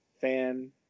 fan